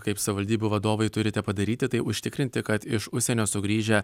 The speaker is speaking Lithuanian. kaip savivaldybių vadovai turite padaryti tai užtikrinti kad iš užsienio sugrįžę